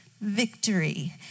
victory